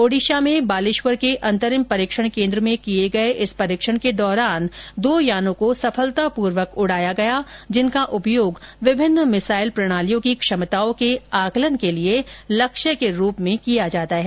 ओडिशा में बालेश्वर के अंतरिम परीक्षण केंद्र में किए गए इस परीक्षण के दौरान दो परीक्षण यानों को सफलतापूर्वक उडाया गया जिनका उपयोग विभिन्न मिसाइल प्रणालियों की क्षमताओं के आकलन के लिए लक्ष्य के रूप में किया जाता है